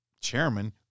chairman